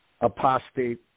apostate